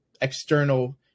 external